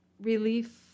relief